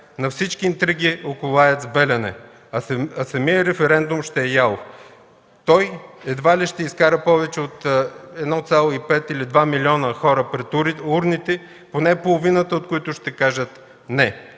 на всички интриги около АЕЦ „Белене”, а самият референдум ще е ялов. Той едва ли ще изкара повече от 1,5 или 2 милиона души пред урните, поне половината от които ще кажат „не”.